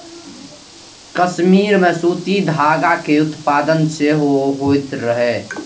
कश्मीर मे सूती धागा के उत्पादन सेहो होइत रहै